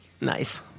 Nice